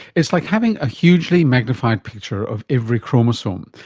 it's like having a hugely magnified picture of every chromosome.